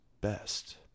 best